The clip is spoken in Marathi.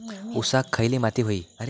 ऊसाक खयली माती व्हयी?